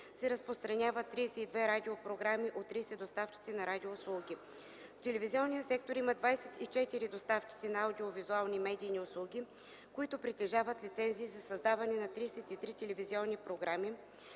се разпространяват 32 радиопрограми от 30 доставчици на радиоуслуги. В телевизионния сектор има 24 доставчици на аудио-визуални медийни услуги, които притежават лицензии за създаване на 33 телевизионни програми,